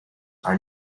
are